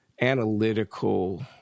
analytical